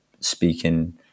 speaking